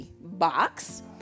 box